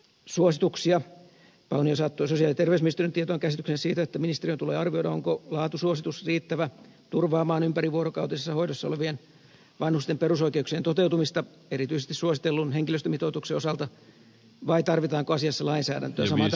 paunio saattoi sosiaali ja terveysministeriön tietoon käsityksen siitä että ministeriön tulee arvioida onko laatusuositus riittävä turvaamaan ympärivuorokautisessa hoidossa olevien vanhusten perusoikeuksien toteutumista erityisesti suositellun henkilöstömitoituksen osalta vai tarvitaanko asiassa lainsäädäntöä